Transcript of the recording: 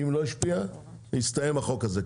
אם לא השפיע יסתיים החוק הזה,